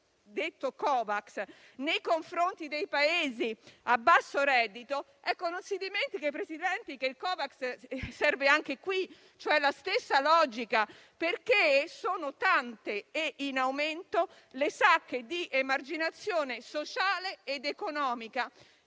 detto Covax, nei confronti dei Paesi a basso reddito, non si dimentichi, Presidente, che il Covax serve anche qui, con la stessa logica, perché sono tante e in aumento le sacche di emarginazione sociale ed economica,